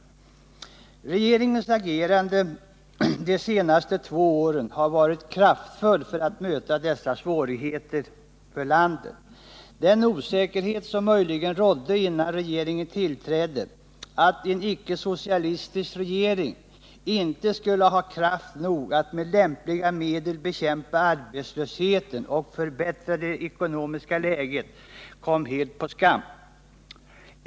Regeringens agerande under de senaste två åren för att möta dessa svårigheter för landet har varit kraftfullt. Den osäkerhet som möjligen rådde före regeringens tillträde och som tog sig uttryck i att man befarade att en icke-socialistisk regering inte skulle ha kraft nog att med lämpliga medel bekämpa arbetslösheten och förbättra det ekonomiska läget kom helt på skam.